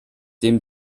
dem